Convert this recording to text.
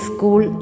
School